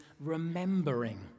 remembering